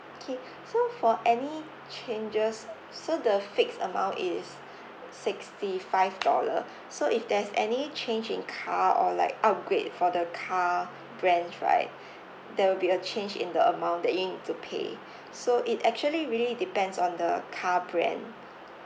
okay so for any changes so the fix amount is sixty five dollar so if there's any change in car or like upgrade for the car brands right there will be a change in the amount that you need to pay so it actually really depends on the car brand